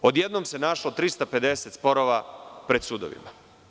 Odjednom se našlo 350 sporova pred sudovima.